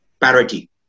parity